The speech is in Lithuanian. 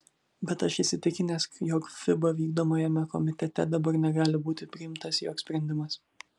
bet aš įsitikinęs jog fiba vykdomajame komitete dabar negali būti priimtas joks sprendimas